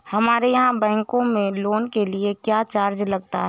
हमारे यहाँ बैंकों में लोन के लिए क्या चार्ज लगता है?